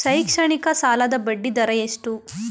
ಶೈಕ್ಷಣಿಕ ಸಾಲದ ಬಡ್ಡಿ ದರ ಎಷ್ಟು?